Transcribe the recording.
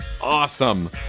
awesome